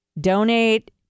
donate